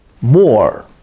more